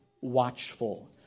watchful